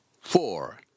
Four